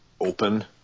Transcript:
open